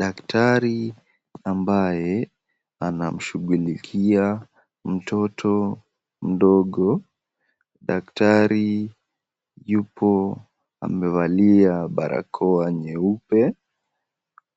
Daktari ambaye anamshughulikia mtoto mdogo. Daktari yupo amevalia barakoa nyeupe.